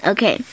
Okay